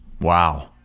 Wow